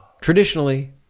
traditionally